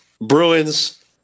Bruins